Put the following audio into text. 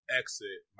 exit